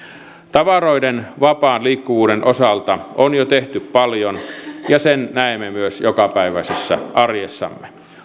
tavaroiden vapaan liikkuvuuden osalta on jo tehty paljon ja sen näemme myös jokapäiväisessä arjessamme